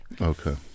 okay